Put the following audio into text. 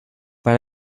but